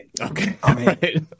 Okay